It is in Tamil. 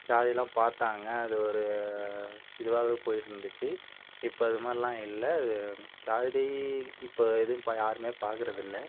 ஜாதிலாம் பார்த்தாங்க அது ஒரு இதுவாகவே போயிருந்துச்சு இப்போ அது மாதிரிலாம் இல்லை ஜாதி இப்போ எதுவும் இப்போ யாருமே பார்க்கறதில்ல